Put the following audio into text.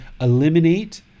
eliminate